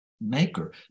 maker